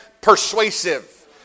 persuasive